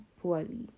poorly